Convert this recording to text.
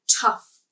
tough